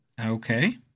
Okay